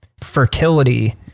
fertility